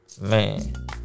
Man